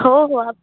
हो हो आप